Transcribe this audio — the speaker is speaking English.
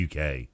UK